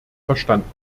verstanden